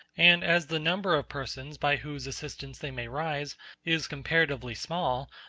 and as the number of persons by whose assistance they may rise is comparatively small,